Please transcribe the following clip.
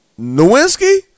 Nowinski